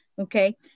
Okay